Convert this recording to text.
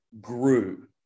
grew